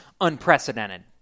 unprecedented